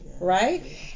right